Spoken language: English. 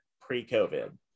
pre-covid